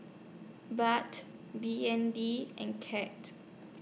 but B N D and Cat